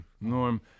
Norm